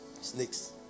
snakes